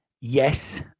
yes